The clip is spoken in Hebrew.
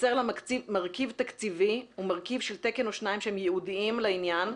חסר לה מרכיב תקציבי ומרכיב של תקן או שניים שהם ייעודיים לעניין,